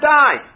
die